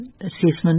assessment